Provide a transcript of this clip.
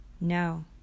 No